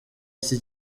iki